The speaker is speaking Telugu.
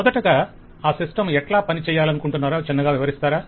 మొదటగా ఆ సిస్టం ఎట్లా పనిచేయాలనుకొంటున్నారో చిన్నగా వివరిస్తారా